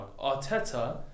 Arteta